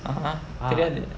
(uh huh) தெரியாது:theriyathu